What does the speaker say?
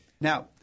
Now